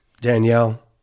Danielle